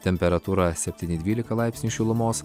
temperatūra septyni dvylika laipsnių šilumos